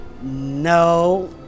No